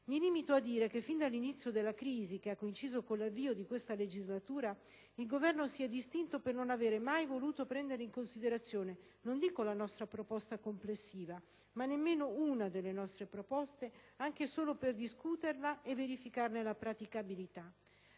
Mi limito a dire che fin dall'inizio della crisi, che ha coinciso con l'avvio di questa legislatura, il Governo si è distinto per non aver mai voluto prendere in considerazione, non dico la nostra proposta complessiva, ma nemmeno una delle nostre proposte, anche solo per discuterla e verificarne la praticabilità.